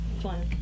fun